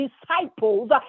disciples